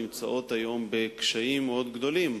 נמצאות היום בקשיים מאוד גדולים.